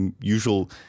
usual